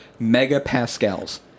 megapascals